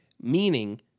meaning